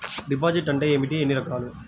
Deposit అంటే ఏమిటీ ఎన్ని రకాలు?